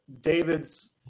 David's